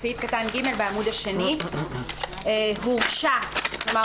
זה סעיף קטן (ג) בעמוד 2. הוספת סעיף